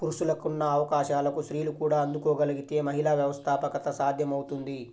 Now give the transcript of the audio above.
పురుషులకున్న అవకాశాలకు స్త్రీలు కూడా అందుకోగలగితే మహిళా వ్యవస్థాపకత సాధ్యమవుతుంది